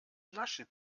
lasche